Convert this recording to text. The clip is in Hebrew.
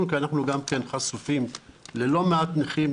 כי אנחנו גם כן חשופים ללא מעט נכים,